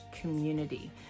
community